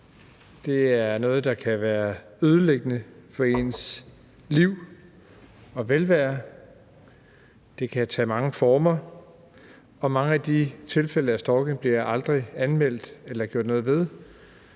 det er noget, der kan være ødelæggende for ens liv og velvære, det kan tage mange former, og mange tilfælde af stalking bliver aldrig anmeldt, og der